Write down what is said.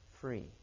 free